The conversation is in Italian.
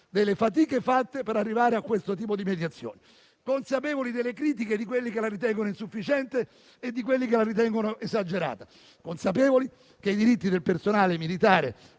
delle fatiche fatte per arrivare a questo tipo di mediazione, consapevoli delle critiche di quelli che la ritengono insufficiente e di quelli che la ritengono esagerata e consapevoli che i diritti del personale militare